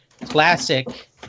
classic